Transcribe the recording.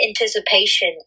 anticipation